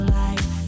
life